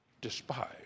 despise